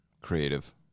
Creative